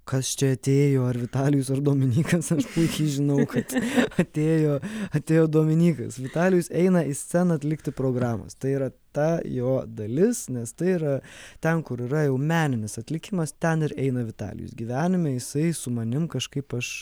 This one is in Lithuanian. kas čia atėjo ar vitalijus ar dominykas aš puikiai žinau kad atėjo atėjo dominykas vitalijus eina į sceną atlikti programos tai yra ta jo dalis nes tai yra ten kur yra jau meninis atlikimas ten ir eina vitalijus gyvenime jisai su manim kažkaip aš